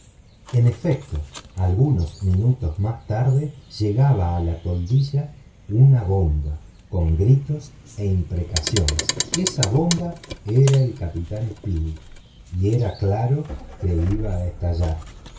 en efecto algunos minutos más tarde llegaba a la toldilla una bomba con gritos e imprecaciones esa bomba era el capitán speedy y era claro que iba a estallar